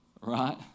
right